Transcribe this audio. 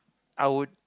I would